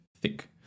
thick